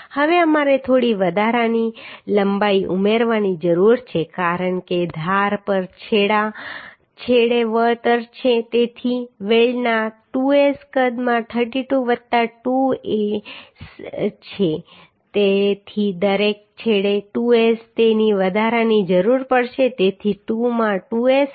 હવે અમારે થોડી વધારાની લંબાઈ ઉમેરવાની જરૂર છે કારણ કે ધાર પર છેડા છેડા છેડે વળતર છે તેથી વેલ્ડના 2S કદમાં 32 વત્તા 2 એ S છે તેથી દરેક છેડે 2S તેની વધારાની જરૂર પડશે તેથી 2 માં 2S હશે